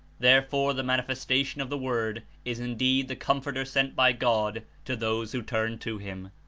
therefore the manifestation of the word is indeed the comforter sent by god to those who turn to him.